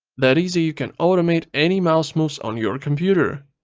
that easy you can automate any mouse moves on your computer.